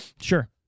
Sure